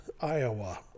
Iowa